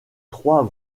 trois